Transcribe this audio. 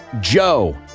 Joe